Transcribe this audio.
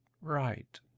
right